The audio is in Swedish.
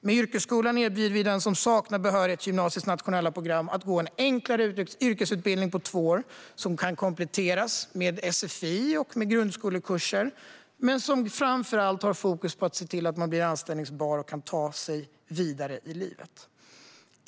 Med yrkesskolan erbjuder vi den som saknar behörighet till gymnasiets nationella program en enklare yrkesutbildning på två år som kan kompletteras med sfi och med grundskolekurser men som framför allt har fokus på att se till att man blir anställbar och kan ta sig vidare i livet.